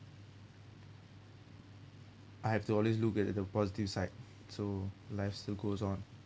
I have to always look at the positive side so life still goes on